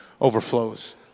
overflows